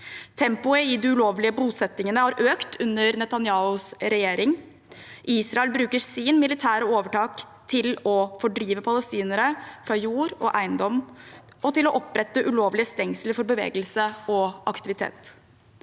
Tempoet i de ulovlige bosettingene har økt under Netanyahus regjering. Israel bruker sitt militære overtak til å fordrive palestinere fra jord og eiendom og til å opprette ulovlige stengsler for bevegelse og aktivitet.